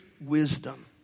wisdom